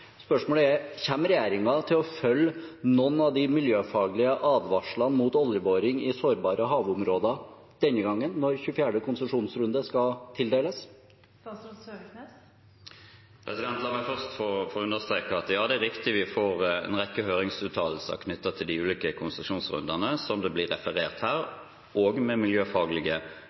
Spørsmålet er: Kommer regjeringen til å følge noen av de miljøfaglige advarslene mot oljeboring i sårbare havområder når 24. konsesjonsrunde skal tildeles? La meg først få understreke at ja, det er riktig, vi får en rekke høringsuttalelser knyttet til de ulike konsesjonsrundene, som det blir referert til her, også med miljøfaglige